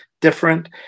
different